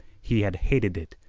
he had hated it,